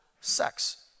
sex